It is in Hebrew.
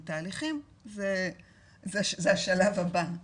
תהליכים זה השלב הבא,